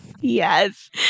Yes